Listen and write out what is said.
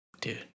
Dude